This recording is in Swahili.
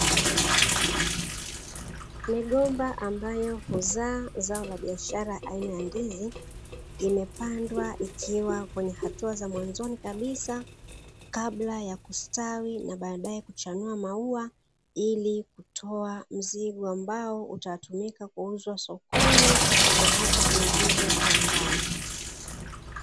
Migomba ambayo huzaa zao la biashara aina ya ndizi, imepandwa ikiwa kwenye hatua za mwanzoni kabisa; kabla ya kustawi na baadaye kuchanua maua ili kutoa mzigo ambao utatumika kuuzwa sokoni, na hata kuingizwa kiwandani.